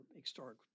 historic